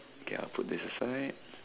ya put this aside